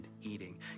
eating